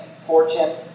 fortune